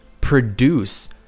produce